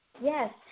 Yes